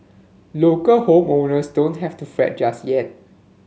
local home owners don't have to fret just yet